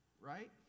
right